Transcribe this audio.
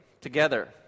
together